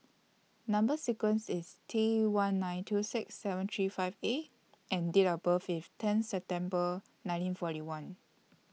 Number sequence IS T one nine two six seven three five A and Date of birth IS ten September nineteen forty one